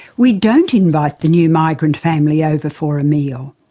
we don't invite the new migrant family over for a meal.